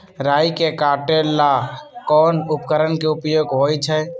राई के काटे ला कोंन उपकरण के उपयोग होइ छई?